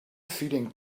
feeling